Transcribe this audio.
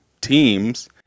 teams